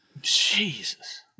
Jesus